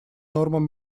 нормам